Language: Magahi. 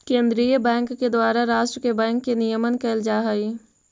केंद्रीय बैंक के द्वारा राष्ट्र के बैंक के नियमन कैल जा हइ